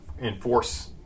enforce